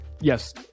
Yes